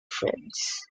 friends